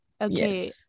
okay